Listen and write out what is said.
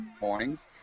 mornings